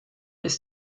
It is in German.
ist